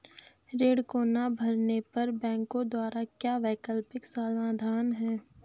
ऋण को ना भरने पर बैंकों द्वारा क्या वैकल्पिक समाधान हैं?